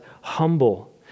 humble